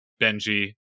Benji